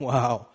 Wow